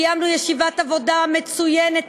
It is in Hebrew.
קיימנו ישיבת עבודה מצוינת,